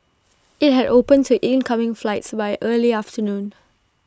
IT had opened to incoming flights by early afternoon